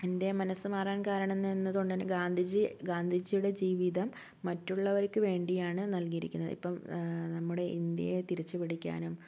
എൻ്റെ മനസ്സ് മാറാൻ കാരണമെന്ന് എന്നതു കൊണ്ട് തന്നെ ഗാന്ധിജി ഗാന്ധിജിയുടെ ജീവിതം മറ്റുള്ളവർക്ക് വേണ്ടിയാണ് നല്കിയിരിക്കുന്നത് ഇപ്പം നമ്മുടെ ഇന്ത്യയെ തിരിച്ച് പിടിക്കാനും